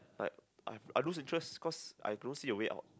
like I I lose interest cause I don't see a way out